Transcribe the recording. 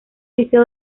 liceo